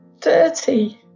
dirty